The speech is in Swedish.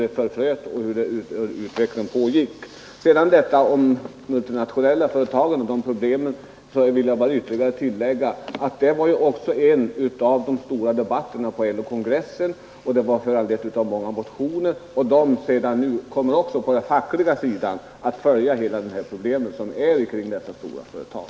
Beträffande problemen med de multinationella företagen vill jag bara ytterligare tillägga att detta också var ämnet för en av de stora debatterna på LO-kongressen med anledning av många motioner. På den fackliga sidan kommer man att följa problemen kring dessa stora företag.